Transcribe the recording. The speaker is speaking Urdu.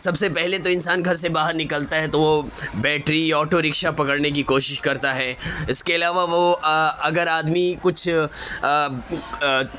سب سے پہلے تو انسان گھر سے باہر نکلتا ہے تو وہ بیٹری آٹو رکشا پکڑنے کی کوشش کرتا ہے اس کے علاوہ وہ اگر آدمی کچھ